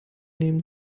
nehmen